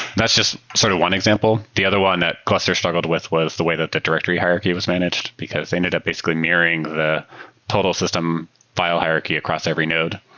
that's just sort of one example. the other one that gluster struggled with was the way that the directory hierarchy was managed, because it ended up basically marrying the total system file hierarchy across every node,